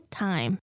time